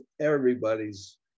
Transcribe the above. Everybody's